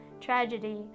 tragedy